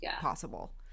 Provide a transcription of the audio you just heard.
possible